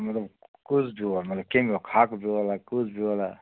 مےٚ دوٚپ کُس بیٛوٚل مطلب کٮ۪میُک ہاکہٕ بیٛوٚل ہا کُس بیٛوٚل ہا